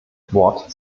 wort